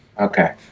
Okay